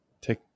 take